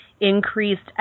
increased